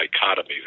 dichotomy